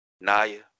Naya